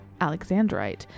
Alexandrite